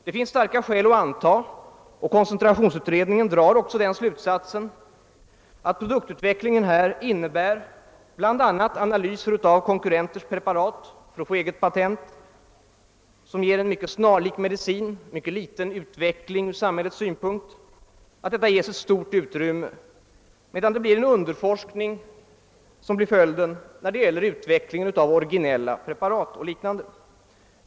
Det finns starka skäl att anta — koncentrationsutredningen drar också den slutsatsen — att produktuvecklingen baseras bl.a. på analys av konkurrenters preparat för att få ett eget patent som ger en mycket snarlik medicin, och endast en svag förbättring ur samhällets synpunkt. Detta ges ett stort utrymme, medan det blir en underforskning som i fråga om utveckling av originella preparat och liknande.